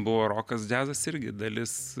buvo rokas džiazas irgi dalis